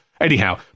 Anyhow